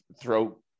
throw